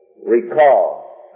Recall